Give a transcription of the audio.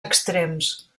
extrems